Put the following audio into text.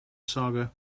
saga